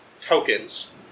tokens